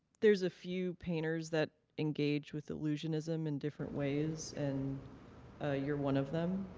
there's a few painters that engage with illusionism in different ways and you're one of them.